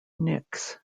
knicks